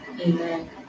Amen